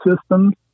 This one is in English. systems